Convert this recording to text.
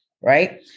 right